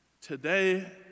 Today